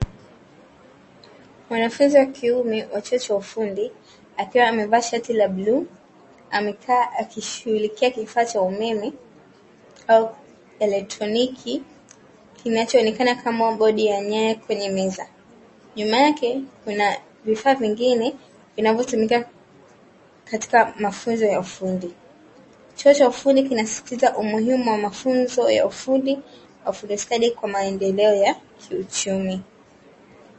Mwanafunzi wa kiume wa chuo cha ufundi, akiwa amevaa shati la bluu, amekaa akishughulikia kifaa cha umeme au elektroniki, kinachoonekana kama bodi ya nyaya kwenye meza. Nyuma yake kuna vifaa vingine vinavyotumika katika mafunzo ya ufundi. Chuo cha ufundi kinasisitiza umuhimu wa ufundi stadi, kwa mendelea ya kiuchumi.